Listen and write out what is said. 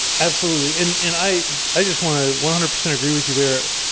absolutely. and and i i just want to one hundred percent agree with you there.